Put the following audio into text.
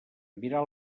mirar